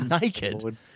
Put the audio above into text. naked